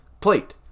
plate